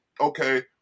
Okay